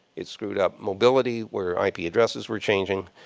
it screwed up mobility where i p. addresses were changing.